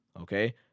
okay